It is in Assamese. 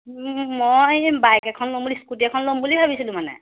মই এই বাইক এখন ল'ম বুলি স্কুটি এখন ল'ম বুলি ভাবিছিলোঁ মানে